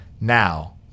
now